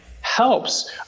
helps